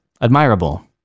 Admirable